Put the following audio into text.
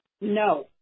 No